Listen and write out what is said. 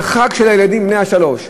זה חג של הילדים בני השלוש.